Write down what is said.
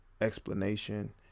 explanation